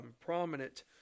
prominent